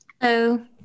hello